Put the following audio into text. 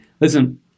listen